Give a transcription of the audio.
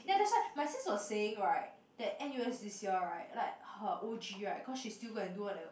ya that's why my sis saying right that n_u_s this year right like her O_G right cause she still go and do all the